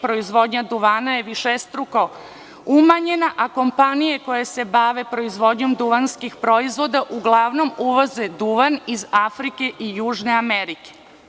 Proizvodnja duvana je višestruko umanjena, a kompanije koje se bave proizvodnjom duvanskih proizvoda uglavnom uvoze duvan iz Afrike i Južne Amerike.